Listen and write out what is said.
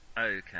Okay